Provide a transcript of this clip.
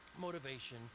motivation